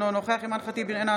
אינו נוכח אימאן ח'טיב יאסין,